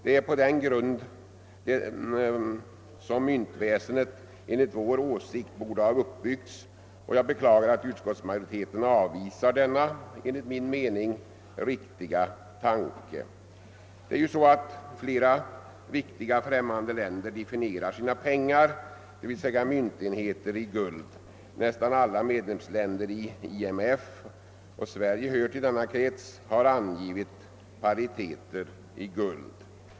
Det är på den grunden som myntväsendet enligt vår åsikt borde ha uppbyggts, och jag beklagar att utskottsmajoriteten avvisar denna enligt min mening riktiga tanke. Flera viktiga främmande länder definierar sina myntenheter i guld. Nästan alla med lemsländer i IMF — och Sverige hör till denna krets — har angivit pariteten i guld.